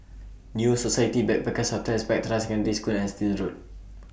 New Society Backpackers' Hotel Spectra Secondary School and Still Road